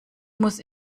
muss